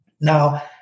Now